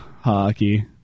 hockey